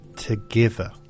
Together